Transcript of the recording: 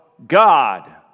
God